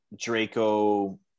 Draco